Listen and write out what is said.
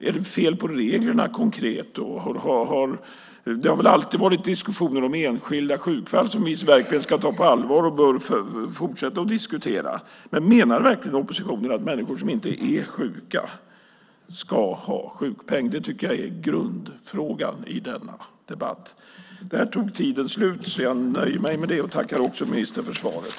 Är det fel på reglerna? Det har väl alltid varit diskussioner om enskilda sjukfall som vi verkligen ska ta på allvar och fortsätta att diskutera. Men menar verkligen oppositionen att människor som inte är sjuka ska ha sjukpeng? Det tycker jag är grundfrågan i denna debatt. Jag tackar ministern för svaret.